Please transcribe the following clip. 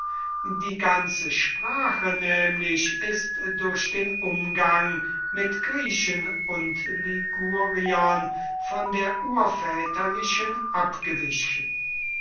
die ganze sprache nämlich ist durch den umgang mit griechen und liguriern von der urväterlichen abgewichen